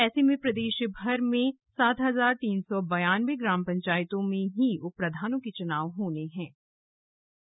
ऐसे में प्रदेशभर की सात हजार तीन सौ बयान्वे ग्राम पंचायतों में ही उप प्रधानों के चुनाव होंगे